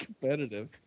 competitive